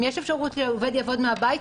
אם יש אפשרות שהעובד יעבוד מהבית,